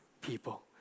people